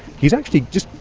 he actually just,